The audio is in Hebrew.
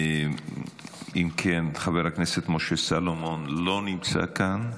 אם כן, חבר הכנסת משה סולומון לא נמצא כאן.